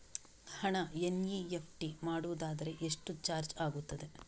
ಹಣ ಎನ್.ಇ.ಎಫ್.ಟಿ ಮಾಡುವುದಾದರೆ ಎಷ್ಟು ಚಾರ್ಜ್ ಆಗುತ್ತದೆ?